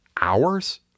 Hours